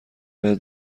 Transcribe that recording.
بهت